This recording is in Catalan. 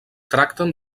tracten